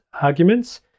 arguments